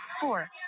four